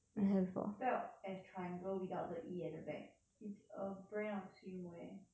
it's spelled as triangle without the E at the back it's a brand of swimwear